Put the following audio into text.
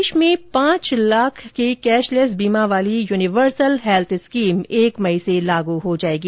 प्रदेश में पांच लाख के कैशलेस बीमा वाली यूनिवर्सल हैल्थ स्कीम एक मई से लागू हो जाएगी